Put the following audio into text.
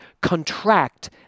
contract